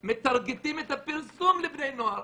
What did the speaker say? "מטרגטים" את הפרסום לבני נוער.